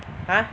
!huh!